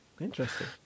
interesting